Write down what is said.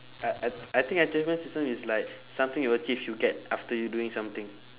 I I I think achievement system is like something you achieve you get after you doing something